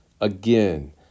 again